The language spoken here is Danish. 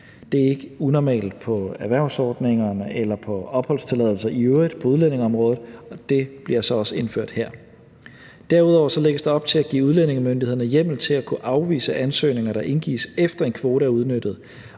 Det er ikke unormalt på erhvervsordningerne eller på opholdstilladelser i øvrigt på udlændingeområdet, og det bliver så også indført her. Derudover lægges der op til at give udlændingemyndighederne hjemmel til at kunne afvise ansøgninger, der indgives, efter at en kvote er udnyttet.